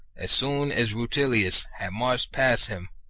as soon as rutilius had marched past him,